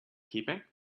keeping